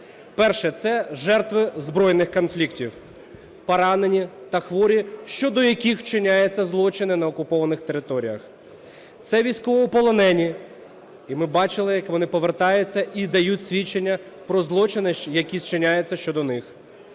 Перше – це жертви збройних конфліктів, поранені та хворі, щодо яких вчиняються злочини на окупованих територіях. Це військовополонені. І ми бачили, як вони повертаються і дають свідчення про злочини, які зчиняються щодо них.